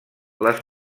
les